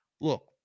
Look